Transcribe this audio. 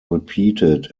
repeated